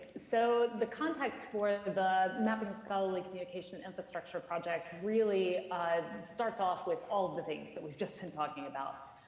so the context for the the mapping scholarly communication infrastructure project really starts off with all the things that we've just been talking about.